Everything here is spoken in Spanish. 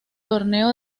torneo